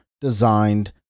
designed